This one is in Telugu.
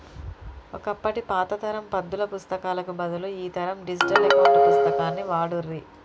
ఒకప్పటి పాత తరం పద్దుల పుస్తకాలకు బదులు ఈ తరం డిజిటల్ అకౌంట్ పుస్తకాన్ని వాడుర్రి